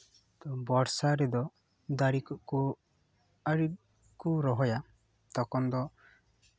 ᱵᱚᱨᱥᱟ ᱨᱮᱫᱚ ᱫᱟᱨᱮ ᱠᱚᱠᱚ ᱟᱨ ᱠᱚ ᱨᱚᱦᱚᱭᱟ ᱛᱚᱠᱷᱚᱱ ᱫᱚ